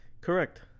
Correct